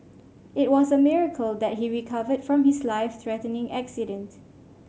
it was a miracle that he recovered from his life threatening accident